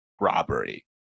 robbery